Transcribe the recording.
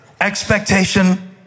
expectation